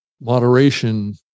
moderation